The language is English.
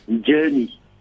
journey